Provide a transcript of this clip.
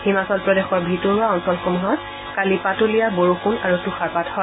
হিমাচল প্ৰদেশৰ ভিতৰুৱা অঞ্চলসমূহত কালি পাতলীয়া বৰষুণ আৰু তূযাৰপাত হয়